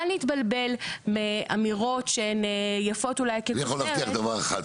בל נתבלבל מאמירות שהן יפות אולי --- אני יכול להבטיח דבר אחד,